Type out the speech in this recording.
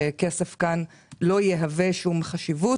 שכסף כאן לא יהווה שום חסם,